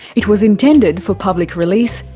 it was intended for public release,